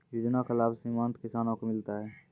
योजना का लाभ सीमांत किसानों को मिलता हैं?